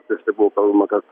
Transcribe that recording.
prieš tai buvo kalbama kad